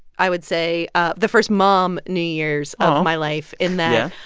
i would say, ah the first mom new year's of my life in that. yeah.